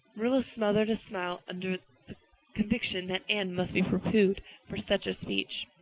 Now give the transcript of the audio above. marilla smothered a smile under the conviction that anne must be reproved for such a speech.